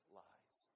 lies